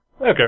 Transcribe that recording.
Okay